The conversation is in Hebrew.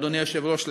אדוני היושב-ראש,